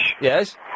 Yes